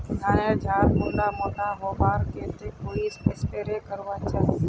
धानेर झार कुंडा मोटा होबार केते कोई स्प्रे करवा होचए?